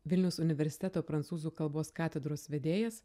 vilniaus universiteto prancūzų kalbos katedros vedėjas